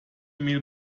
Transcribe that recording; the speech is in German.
mail